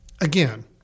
Again